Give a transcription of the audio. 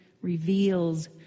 reveals